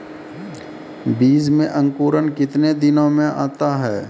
बीज मे अंकुरण कितने दिनों मे आता हैं?